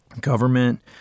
Government